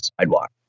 sidewalk